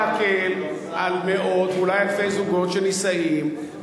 להקל על מאות ואולי על אלפי זוגות שנישאים,